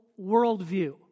worldview